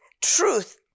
truth